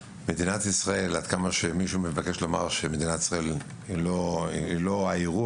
עד כמה שמישהו מבקש לומר שמדינת ישראל היא לא האירוע,